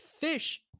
fish